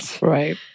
Right